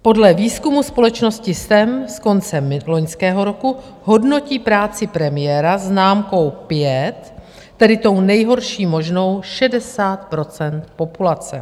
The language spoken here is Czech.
Podle výzkumu společnosti STEM z konce loňského roku hodnotí práci premiéra známkou pět, tedy tou nejhorší možnou, 60 % populace.